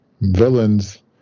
villains